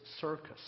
Circus